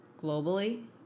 globally